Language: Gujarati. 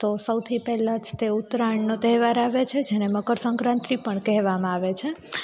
તો સૌથી પહેલાં જ તે ઉત્તરાયણનો તહેવાર આવે છે જેને મકરસંક્રાંતિ પણ કહેવામાં આવે છે